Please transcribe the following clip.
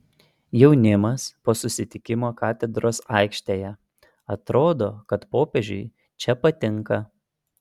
jaunimas po susitikimo katedros aikštėje atrodo kad popiežiui čia patinka